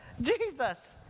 Jesus